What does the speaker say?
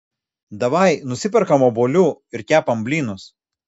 davai nusiperkam obuolių ir kepam blynus